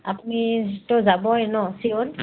আপুনিতো যাবই নহ্ চিয়'ৰ